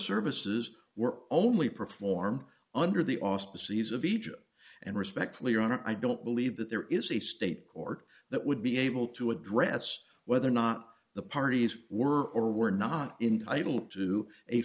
services were only perform under the auspices of egypt and respectfully your honor i don't believe that there is a state court that would be able to address whether or not the parties were or were not entitle to